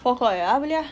four o'clock eh ah boleh ah